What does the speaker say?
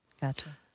gotcha